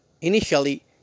initially